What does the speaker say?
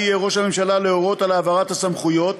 יהיה ראש הממשלה להורות על העברת הסמכויות,